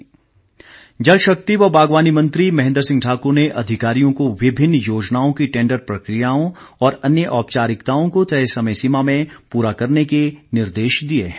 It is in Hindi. महेंद्र सिंह जल शक्ति व बागवानी मंत्री महेंद्र सिंह ठाकुर ने अधिकारियों को विभिन्न योजनाओं की टेंडर प्रकियाओं और अन्य औपचारिकताओं को तय समय सीमा में पूरा करने के निर्देश दिए है